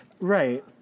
Right